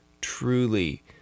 Truly